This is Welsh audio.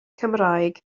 cymraeg